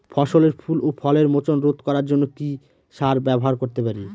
ফসলের ফুল ও ফলের মোচন রোধ করার জন্য কি সার ব্যবহার করতে পারি?